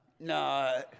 no